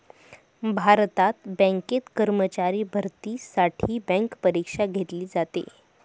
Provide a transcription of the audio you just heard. भारतात बँकेत कर्मचारी भरतीसाठी बँक परीक्षा घेतली जाते